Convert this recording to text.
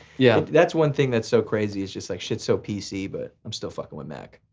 yeah that's one thing that's so crazy it's just like shits so pc, but i'm still fucking with mac.